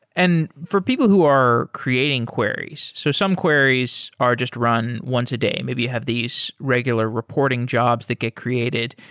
for people who are creating queries, so some queries are just run once a day. maybe you have these regular reporting jobs that get created.